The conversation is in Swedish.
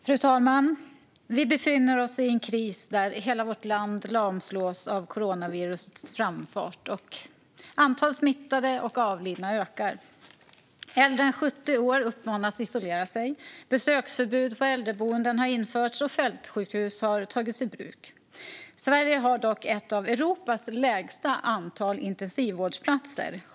Fru talman! Vi befinner oss i en kris där hela vårt land lamslås av coronavirusets framfart. Antalet smittade och avlidna ökar. De som är äldre än 70 år uppmanas isolera sig. Besöksförbud på äldreboenden har införts, och fältsjukhus har tagits i bruk. Sverige är dock ett av de länder i Europa som har lägst antal intensivvårdsplatser.